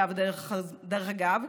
דרך אגב,